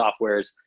softwares